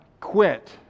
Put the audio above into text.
quit